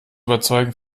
überzeugen